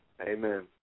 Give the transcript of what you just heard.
Amen